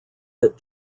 that